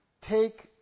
take